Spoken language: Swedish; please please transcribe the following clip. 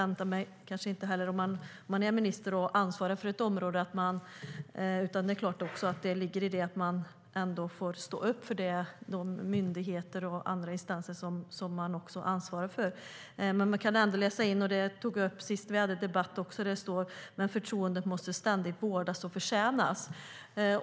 När man är minister och ansvarig för ett visst område förväntas man stå upp för de myndigheter och instanser man ansvarar för. Senast vi debatterade frågan poängterades att förtroendet ständigt måste vårdas och förtjänas.